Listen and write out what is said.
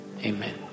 Amen